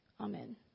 Amen